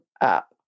up